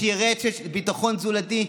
שיהיה רצף של ביטחון תזונתי,